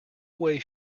away